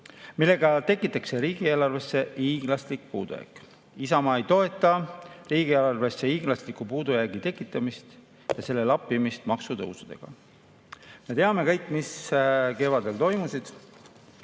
millega tekitatakse riigieelarvesse hiiglaslik puudujääk. Isamaa ei toeta riigieelarvesse hiiglasliku puudujäägi tekitamist ja selle lappimist maksutõusudega. Me teame kõik, mis kevadel toimus.